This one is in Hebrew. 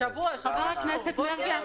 חבר הכנסת מרגי,